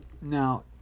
Now